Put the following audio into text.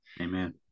Amen